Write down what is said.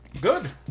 Good